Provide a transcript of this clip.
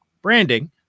branding